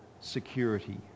security